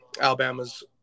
Alabama's